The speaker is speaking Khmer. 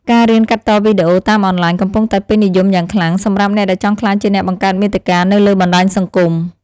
ការរៀនកាត់តវីដេអូតាមអនឡាញកំពុងតែពេញនិយមយ៉ាងខ្លាំងសម្រាប់អ្នកដែលចង់ក្លាយជាអ្នកបង្កើតមាតិកានៅលើបណ្តាញសង្គម។